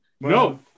No